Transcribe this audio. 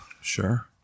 Sure